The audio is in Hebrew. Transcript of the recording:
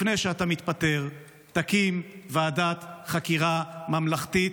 לפני שאתה מתפטר, תקים ועדת חקירה ממלכתית,